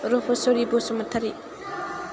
Rupswari Basumatary